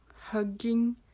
hugging